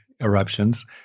eruptions